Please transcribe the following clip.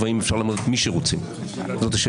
גם אפשר למנות את מי שרוצים וגם אפשר